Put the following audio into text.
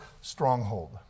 stronghold